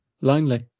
lonely